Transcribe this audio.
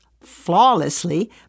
flawlessly